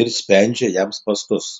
ir spendžia jam spąstus